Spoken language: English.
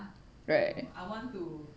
right